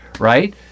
Right